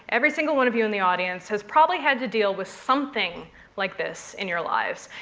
every single one of you in the audience, has probably had to deal with something like this in your lives.